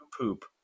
poop